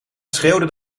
schreeuwde